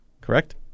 Correct